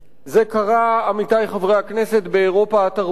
זה קרה, עמיתי חברי הכנסת, באירופה התרבותית,